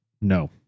No